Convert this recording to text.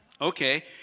Okay